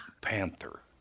panther